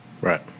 Right